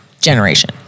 generation